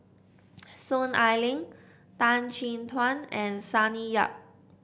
Soon Ai Ling Tan Chin Tuan and Sonny Yap